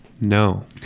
No